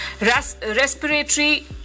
respiratory